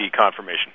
confirmation